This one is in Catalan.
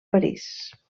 parís